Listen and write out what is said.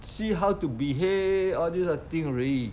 see how to behave all these kind of thing already